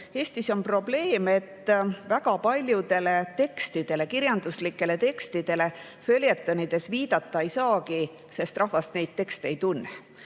Eestis on probleem, et väga paljudele kirjanduslikele tekstidele följetonides viidata ei saagi, sest rahvas neid tekste ei tunne.